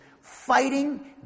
fighting